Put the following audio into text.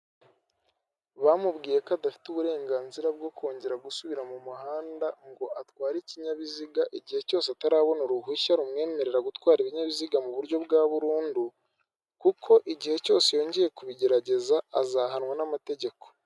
Bamubwiye ko adafite uburenganzira bwo kongera gusubira mu muhanda ngo atware ikinyabiziga igihe cyose atarabona uruhushya rumwemerera gutwara ibinyabiziga mu buryo bwa burundu, kuko igihe cyose yongeye kubigerageza azahanwa n'amategeko.